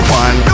one